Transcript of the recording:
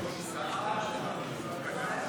46 בעד, 55 נגד.